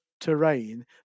terrain